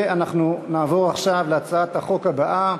ואנחנו נעבור עכשיו להצעת החוק הבאה: